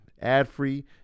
ad-free